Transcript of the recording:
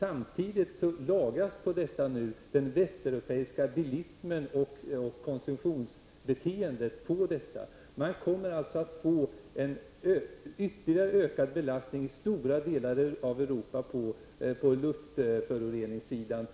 Jag tänker då på t.ex. alla förorenande utsläpp som förekommer där. Härtill kommer allt de som den västeuropeiska bilismen och det Västeuropeiska konsumtionsbeteendet för med sig. Det kommer alltså att bli ytterligare en belastning i stora delar av Europa på luftföroreningssidan.